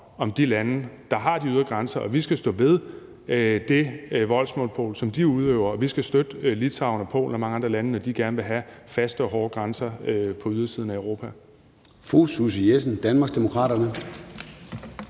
om de lande, der har de ydre grænser. Og vi skal stå ved det voldsmonopol, som de udøver. Vi skal støtte Litauen, Polen og mange andre lande, når de gerne vil have faste og hårde grænser på ydersiden af Europa.